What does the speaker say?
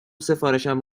سفارشم